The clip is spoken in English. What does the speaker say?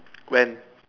when